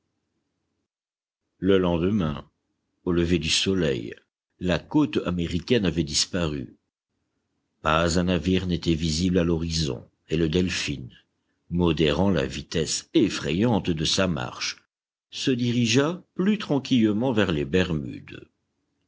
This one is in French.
le lendemain au lever du soleil la côte américaine avait disparu pas un navire n'était visible à l'horizon et le delphin modérant la vitesse effrayante de sa marche se dirigea plus tranquillement vers les bermudes